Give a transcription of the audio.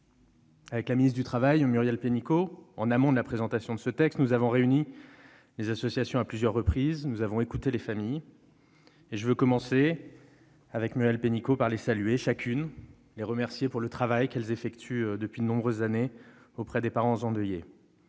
Avec la ministre du travail Muriel Pénicaud, en amont de la présentation de ce texte, nous avons réuni les associations à plusieurs reprises, nous avons écouté les familles. Nous voulons les saluer, chacune, et les remercier pour le travail qu'elles effectuent depuis de nombreuses années auprès des parents endeuillés